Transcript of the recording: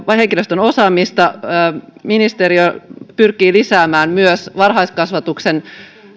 henkilöstön osaamista ministeriö pyrkii lisäämään myös varhaiskasvatuksen